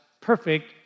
perfect